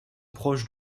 proches